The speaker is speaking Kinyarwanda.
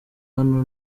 hano